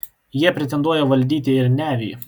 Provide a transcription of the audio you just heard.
jie pretenduoja valdyti ir nevį